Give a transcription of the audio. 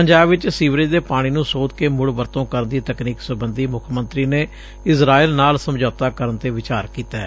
ਪੰਜਾਬ ਚ ਸੀਵਰੇਜ ਦੇ ਪਾਣੀ ਨੂੰ ਸੋਧ ਕੇ ਮੁੜ ਵਰਤੋਂ ਕਰਨ ਦੀ ਤਕਨੀਕ ਸਬੰਧੀ ਮੁੱਖ ਮੰਤਰੀ ਨੇ ਇਜ਼ਰਾਈਲ ਨਾਲ ਸਮਝੌਤਾ ਕਰਨ ਤੇ ਵਿਚਾਰ ਕੀਤੈ